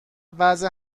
وضع